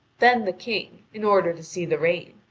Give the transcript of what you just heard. then the king, in order to see the rain,